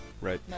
right